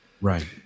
Right